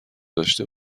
داشته